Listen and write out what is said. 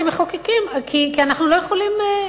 כמחוקקים, כי אנחנו לא יכולים,